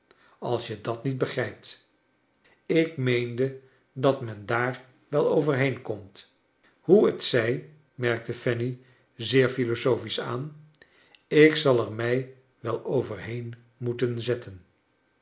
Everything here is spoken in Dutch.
als je dat niet begrijpt ik meende dat men daar wel overheen komt hoe t zij merkte fanny zeer philosophisch aan ik zal er mij wel overheen moeten zetten